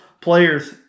players